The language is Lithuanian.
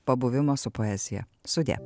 pabuvimo su poezija sudie